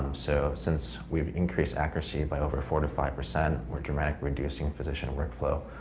so since we've increased accuracy and by over four to five percent, we are dramatically reducing physician workflow.